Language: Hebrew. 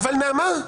אבל אני באמצע דבריי.